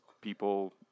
people